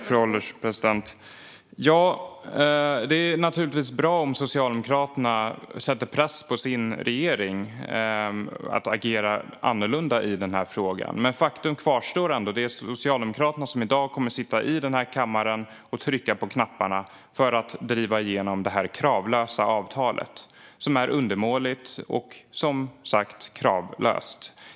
Fru ålderspresident! Det är naturligtvis bra om Socialdemokraterna sätter press på sin regering att agera annorlunda i den här frågan. Men faktum kvarstår ändå att det är Socialdemokraterna som i dag kommer att sitta i denna kammare och trycka på knappen för att driva igenom detta kravlösa avtal. Avtalet är undermåligt och som sagt kravlöst.